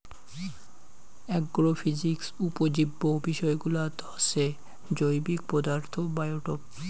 agrophysics উপজীব্য বিষয়গুলাত হসে জৈবিক পদার্থ, বায়োটোপ